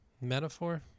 metaphor